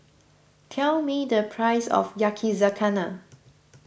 tell me the price of Yakizakana